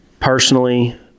personally